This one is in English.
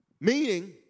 meaning